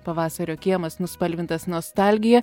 pavasario kiemas nuspalvintas nostalgija